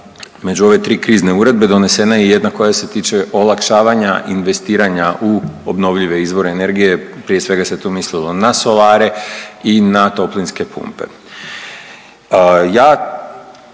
među ove tri krizne uredbe donesena je i jedna koja se tiče olakšavanja investiranja u obnovljive izvore energije. Prije svega se tu mislilo na solare i na toplinske pumpe.